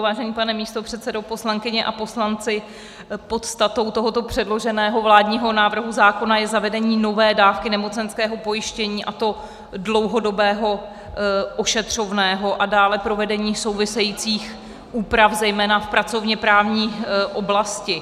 Vážený pane místopředsedo, poslankyně a poslanci, podstatou tohoto předloženého vládního návrhu zákona je zavedení nové dávky nemocenského pojištění, a to dlouhodobého ošetřovného, a dále provedení souvisejících úprav zejména v pracovněprávní oblasti.